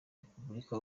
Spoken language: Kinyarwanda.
repubulika